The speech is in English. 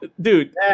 dude